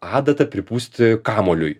adata pripūsti kamuoliui